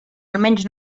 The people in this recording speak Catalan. almenys